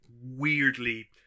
weirdly